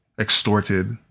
extorted